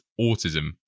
autism